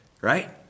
right